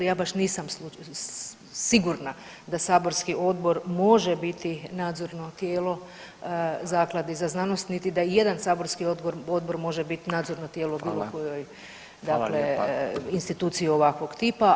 Ja baš nisam sigurna da saborski odbor može biti nadzorno tijelo Zakladi za znanost niti da i jedan saborski odbor može biti nadzorno tijelo bilo kojoj, dakle instituciji ovakvog tipa